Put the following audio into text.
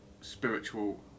spiritual